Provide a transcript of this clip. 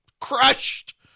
Crushed